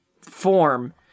form